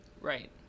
Right